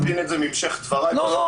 אני חושב שתבין את זה מהמשך דבריי --- אני